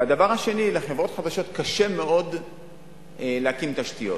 והדבר השני, לחברות חדשות קשה מאוד להקים תשתיות.